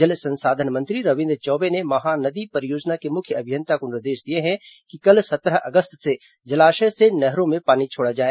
जल संसाधन मंत्री रविन्द्र चौबे ने महानदी परियोजना के मुख्य अभियंता को निर्देश दिए हैं कि कल सत्रह अगस्त से जलाशय से नहरों में पानी छोड़ा जाए